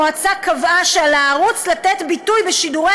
המועצה קבעה שעל הערוץ לתת ביטוי בשידורי